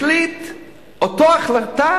החליט אותה החלטה